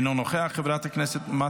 חבר הכנסת יואב סגלוביץ' אינו נוכח,